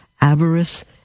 avarice